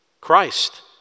Christ